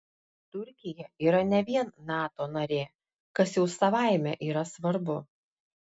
turkija yra ne vien nato narė kas jau savaime yra svarbu